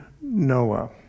Noah